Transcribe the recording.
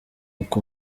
uko